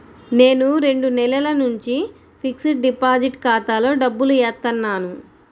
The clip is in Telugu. నేను రెండు నెలల నుంచి ఫిక్స్డ్ డిపాజిట్ ఖాతాలో డబ్బులు ఏత్తన్నాను